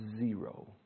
zero